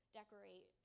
decorate